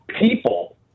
people